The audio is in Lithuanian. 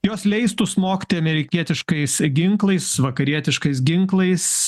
jos leistų smogti amerikietiškais ginklais vakarietiškais ginklais